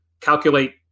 calculate